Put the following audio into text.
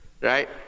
right